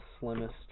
slimmest